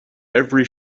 every